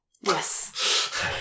Yes